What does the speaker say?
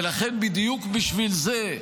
ולכן, בדיוק בשביל זה,